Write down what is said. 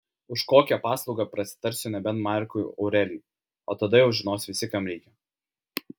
už kokią paslaugą prasitarsiu nebent markui aurelijui o tada jau žinos visi kam reikia